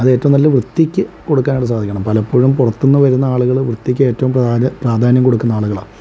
അത് ഏറ്റവും നല്ല വൃത്തിക്ക് കൊടുക്കാനായിട്ടു സാധിക്കണം പലപ്പോഴും പുറത്തുന്നു വരുന്ന ആളുകൾ വൃത്തിയ്ക്ക് ഏറ്റവും പ്രാധാന്യം കൊടുക്കുന്ന ആളുകളാണ്